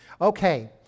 Okay